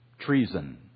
Treason